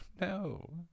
no